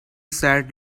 sat